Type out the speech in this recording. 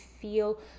feel